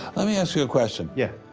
let me ask you a question. yeah.